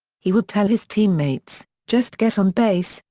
he would tell his teammates, just get on base,